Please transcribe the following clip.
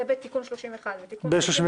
זה בתיקון 31. ב-31 כן.